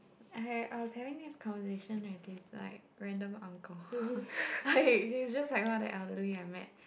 I I was having this conversation with this like random uncle like he's just like one of the elderly I met